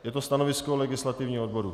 Je to stanovisko legislativního odboru.